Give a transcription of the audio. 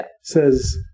says